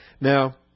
Now